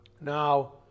Now